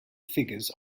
figures